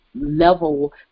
level